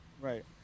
Right